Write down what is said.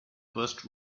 bust